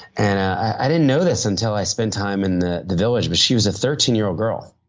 and i i didn't know this until i spent time in the the village but, she was a thirteen year old girl.